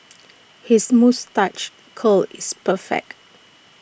his moustache curl is perfect